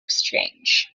exchange